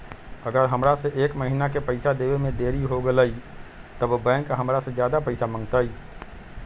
अगर हमरा से एक महीना के पैसा देवे में देरी होगलइ तब बैंक हमरा से ज्यादा पैसा मंगतइ?